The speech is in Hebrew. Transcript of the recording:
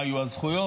מה יהיו הזכויות,